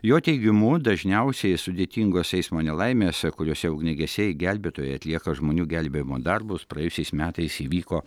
jo teigimu dažniausiai sudėtingose eismo nelaimėse kuriose ugniagesiai gelbėtojai atlieka žmonių gelbėjimo darbus praėjusiais metais įvyko